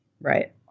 Right